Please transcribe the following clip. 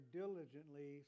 diligently